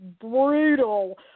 brutal